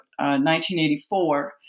1984